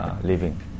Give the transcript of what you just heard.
living